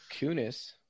Kunis